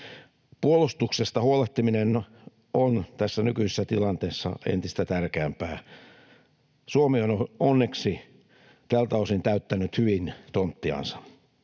Puolustuksesta huolehtiminen on tässä nykyisessä tilanteessa entistä tärkeämpää. Suomi on onneksi tältä osin täyttänyt hyvin tonttiansa.